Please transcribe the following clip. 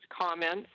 comments